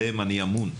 שעליהן אני אמון,